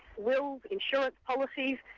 wills, insurance policies.